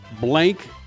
blank